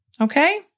Okay